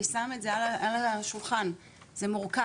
אני שמה את זה על השולחן, זה מורכב.